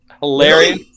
hilarious